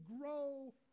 grow